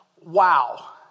Wow